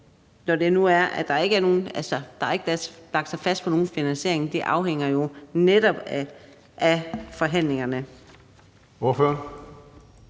når det nu er, at man ikke har lagt sig fast på nogen finansiering; det afhænger jo netop af forhandlingerne? Kl.